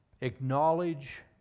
acknowledge